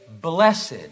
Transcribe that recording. blessed